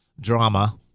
drama